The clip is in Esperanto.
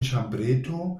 ĉambreto